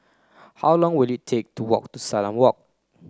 how long will it take to walk to Salam Walk